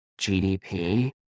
GDP